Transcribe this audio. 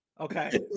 Okay